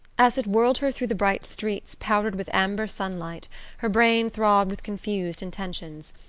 as it whirled her through the bright streets powdered with amber sunlight her brain throbbed with confused intentions.